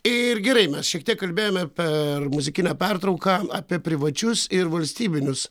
ir gerai mes šiek tiek kalbėjome per muzikinę pertrauką apie privačius ir valstybinius